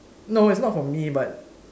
no it's not for me but